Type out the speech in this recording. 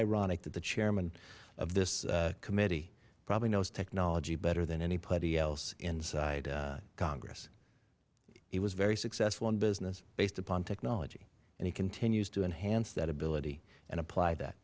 ironic that the chairman of this committee probably knows technology better than anybody else inside congress he was very successful in business based upon technology and he continues to enhance that ability and apply that